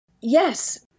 Yes